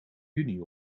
juni